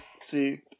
See